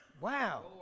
Wow